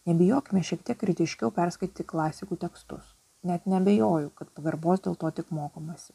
nebijokime šiek tiek kritiškiau perskaityti klasikų tekstus net neabejoju kad pagarbos dėl to tik mokomasi